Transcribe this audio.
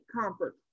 comfort